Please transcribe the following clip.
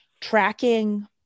tracking